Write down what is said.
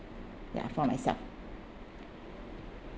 ya for myself